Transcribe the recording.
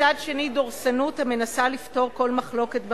מצד שני, דורסנות המנסה לפתור כל מחלוקת בחקיקה.